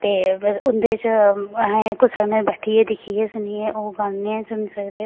ते इंदे च असें कुसै कन्नै बैठियै दिक्खियै सुनियै ओह् गाने सुनी सकदे